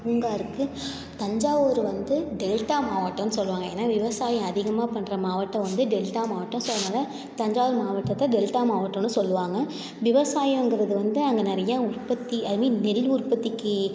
பூங்கா இருக்குது தஞ்சாவூர் வந்து டெல்டா மாவட்டம்னு சொல்லுவாங்க ஏன்னா விவசாயம் அதிகமாக பண்ணுற மாவட்டம் வந்து டெல்டா மாவட்டம் ஸோ அதனால தஞ்சாவூர் மாவட்டத்தை டெல்டா மாவட்டம்னு சொல்லுவாங்க விவசாயம்ங்கிறது வந்து அங்கே நிறையா உற்பத்தி ஐ மீன் நெல் உற்பத்திக்கு